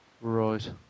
Right